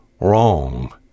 wrong